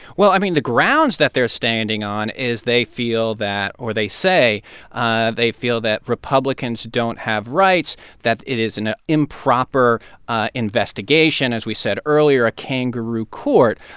well, i mean, the grounds that they're standing on is they feel that or they say ah they feel that republicans don't have rights, that it is an ah improper ah investigation as we said earlier, a kangaroo court.